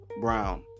Brown